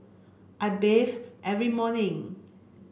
I bathe every morning